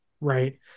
right